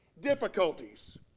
difficulties